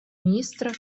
министра